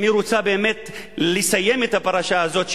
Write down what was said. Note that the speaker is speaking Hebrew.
אם היא רוצה באמת לסיים את הפרשה הזאת,